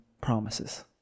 promises